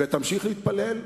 ותמשיך להתפלל,